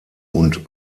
und